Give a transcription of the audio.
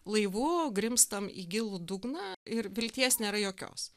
laivu grimztam į gilų dugną ir vilties nėra jokios